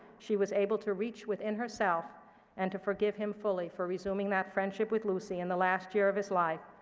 she was able to reach within herself and to forgive him fully for resuming that friendship with lucy in the last year of his life.